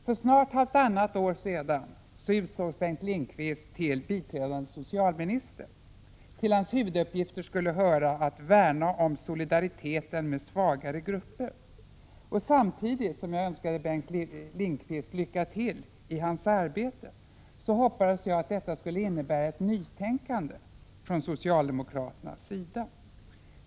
För snart halvtannat år sedan utsågs Bengt Lindqvist till biträdande socialminister. Till hans huvuduppgifter skulle höra att ”värna om solidariteten med svagare grupper”. Samtidigt som jag önskade Bengt Lindqvist lycka till i hans arbete hoppades jag att detta skulle innebära ett nytänkande från socialdemokraternas sida.